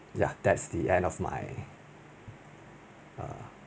ya that's the end of my err